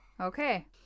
Okay